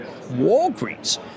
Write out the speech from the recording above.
Walgreens